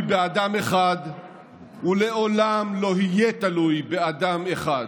באדם אחד ולעולם לא יהיה תלוי באדם אחד.